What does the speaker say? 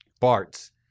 Bart's